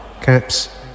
Caps